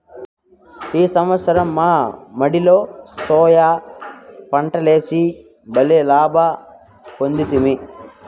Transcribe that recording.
ఈ సంవత్సరం మా మడిలో సోయా పంటలేసి బల్లే లాభ పొందితిమి